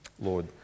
Lord